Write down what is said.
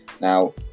Now